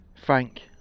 Frank